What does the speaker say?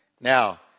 Now